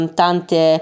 tante